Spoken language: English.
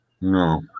No